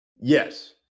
Yes